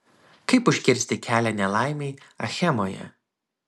kaip užkirsti kelią nelaimei achemoje